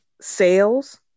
sales